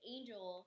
Angel